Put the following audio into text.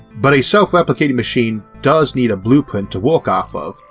but a self-replicating machine does need a blueprint to work off of,